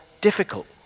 difficult